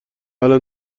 الان